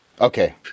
Okay